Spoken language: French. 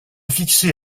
fixer